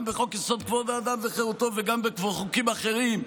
גם בחוק-יסוד: כבוד האדם וחירותו וגם בחוקים אחרים,